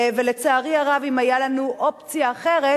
לצערי הרב, אם היתה לנו אופציה אחרת,